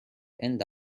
end